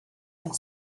have